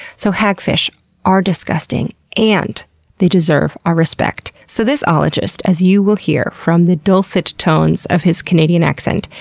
so hagfish are disgusting and they deserve our respect. so this ologist, as you will hear from the dulcet tones of his canadian accent,